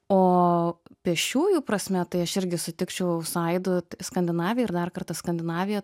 o pėsčiųjų prasme tai aš irgi sutikčiau su aidu skandinavija ir dar kartą skandinavija